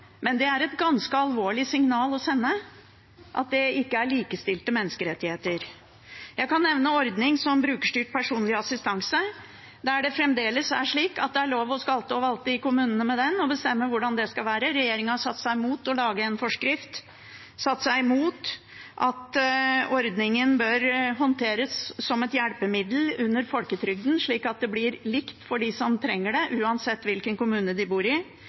men det er et ganske alvorlig signal å sende at det ikke er likestilte menneskerettigheter. Jeg kan nevne ordningen med brukerstyrt personlig assistanse, der det fremdeles er slik at det er lov å skalte og valte med den i kommunene, de kan bestemme hvordan det skal være. Regjeringen har satt seg imot å lage en forskrift, satt seg imot at ordningen bør håndteres som et hjelpemiddel under folketrygden, slik at det blir likt for dem som trenger det, uansett hvilken kommune de bor i.